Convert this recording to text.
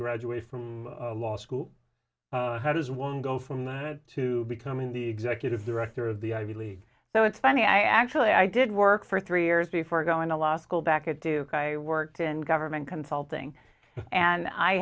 graduate from law school how does one go from there to becoming the executive director of the ivy league though it's funny i actually i did work for three years before going to law school back at duke i worked in government consulting and i